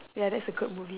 ya that's a good movie